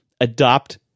adopt